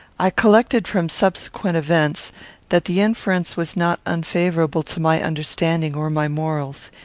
i collected from subsequent events that the inference was not unfavourable to my understanding or my morals.